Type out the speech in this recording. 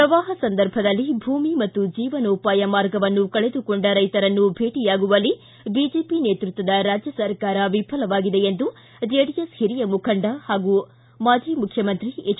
ಪ್ರವಾಹ ಸಂದರ್ಭದಲ್ಲಿ ಭೂಮಿ ಮತ್ತು ಜೀವನೋಪಾಯ ಮಾರ್ಗವನ್ನು ಕಳೆದುಕೊಂಡ ರೈತರನ್ನು ಭೇಟಯಾಗುವಲ್ಲಿ ಬಿಜೆಪಿ ನೇತೃತ್ವದ ರಾಜ್ಯ ಸರ್ಕಾರ ವಿಫಲವಾಗಿದೆ ಎಂದು ಜೆಡಿಎಸ್ ಹಿರಿಯ ಮುಖಂಡ ಹಾಗೂ ಮಾಜಿ ಮುಖ್ಯಮಂತ್ರಿ ಎಚ್